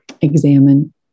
Examine